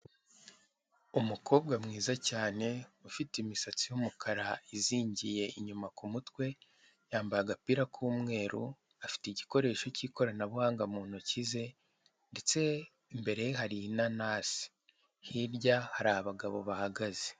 Umukobwa mwiza cyane ufite imisatsi y'umukara izingiye inyuma ku mutwe yambaye agapira k'umweru, afite igikoresho cy'ikoranabuhanga mu ntoki ze ndetse imbere hari inanasi hirya hari abagabo bahagaze.